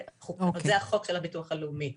זה החוק של הביטוח הלאומי.